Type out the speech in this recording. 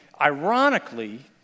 ironically